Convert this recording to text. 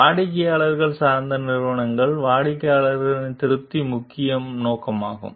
வாடிக்கையாளர் சார்ந்த நிறுவனங்களில் வாடிக்கையாளர் திருப்தி முக்கிய நோக்கமாகும்